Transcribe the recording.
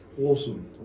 awesome